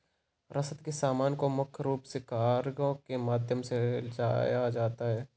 रसद के सामान को मुख्य रूप से कार्गो के माध्यम से ले जाया जाता था